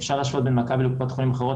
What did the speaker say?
אפשר להשוות בין מכבי לקופות חולים אחרות,